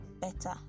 better